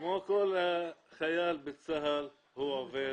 כמו כל חייל בצה"ל שהוא עובד,